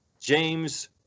James